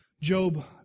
Job